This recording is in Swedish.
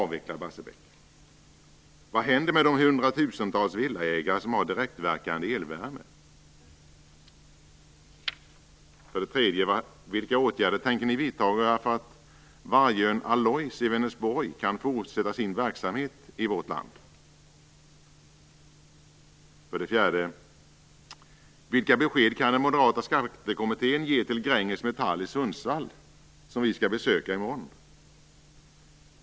Vad händer med de hundratusentals villaägare som har direktverkande elvärme? 3. Vilka åtgärder tänker ni vidta för att Vargön Alloys i Vänersborg kan fortsätta sin verksamhet i vårt land? 4. Vilka besked kan den moderata skattekommittén ge till Gränges Metall i Sundsvall, som vi skall besöka i morgon?